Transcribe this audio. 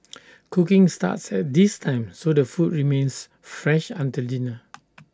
cooking starts at this time so the food remains fresh until dinner